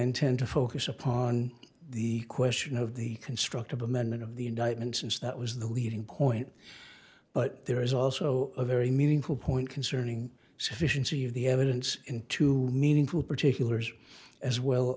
intend to focus upon the question of the construct of amendment of the indictment since that was the leading point but there is also a very meaningful point concerning sufficiency of the evidence into meaningful particulars as well